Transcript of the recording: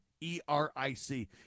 E-R-I-C